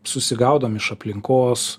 susigaudom iš aplinkos